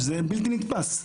שזה בלתי נתפס,